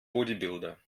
bodybuilder